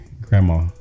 Grandma